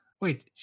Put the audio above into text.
Wait